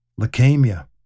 Leukemia